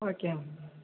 okay ma'am